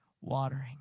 watering